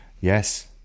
Yes